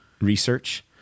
research